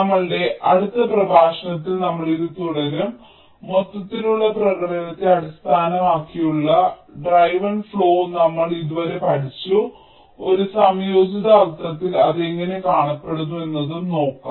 നമ്മളുടെ അടുത്ത പ്രഭാഷണത്തിൽ നമ്മൾ ഇത് തുടരും മൊത്തത്തിലുള്ള പ്രകടനത്തെ അടിസ്ഥാനമാക്കിയുള്ള ഡ്രൈവൻ ഫ്ലോ നമ്മൾ ഇതുവരെ പഠിച്ചു ഒരു സംയോജിത അർത്ഥത്തിൽ അത് എങ്ങനെ കാണപ്പെടുന്നു എന്നതും നോക്കാം